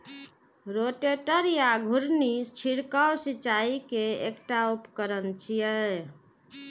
rotator या घुर्णी छिड़काव सिंचाइ के एकटा उपकरण छियै